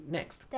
Next